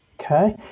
Okay